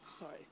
Sorry